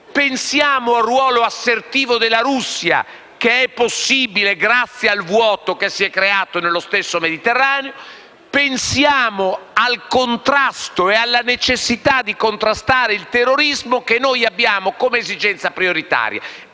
Pensiamo al ruolo assertivo della Russia che è possibile grazie al vuoto che si è creato nello stesso Mediterraneo; pensiamo alla necessità di contrastare il terrorismo che è una nostra esigenza prioritaria,